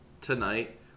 tonight